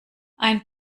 ein